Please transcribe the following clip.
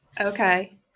Okay